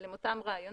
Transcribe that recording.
אבל עם אותם רעיונות.